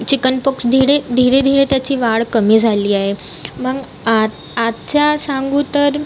chickenpox धीरे धीरे धीरे त्याची वाढ कमी झाली आहे मग आज आजच्या सांगू तर